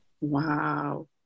Wow